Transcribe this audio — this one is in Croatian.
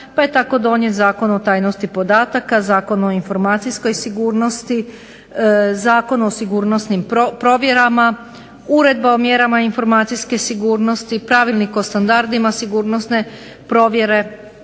pa je tako donijet Zakon o tajnosti podataka, zakon o informacijskoj sigurnosti, Zakon o sigurnosnim provjerama, Uredba o mjerama informacijske sigurnosti, Pravilnik o standardima sigurnosne provjere,